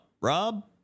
Rob